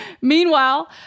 Meanwhile